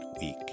week